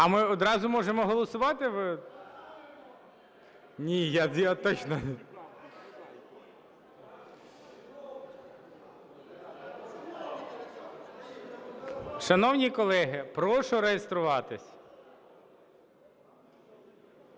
А ми одразу можемо голосувати? Шановні колеги, прошу реєструватись.